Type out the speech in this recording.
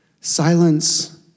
Silence